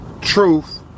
Truth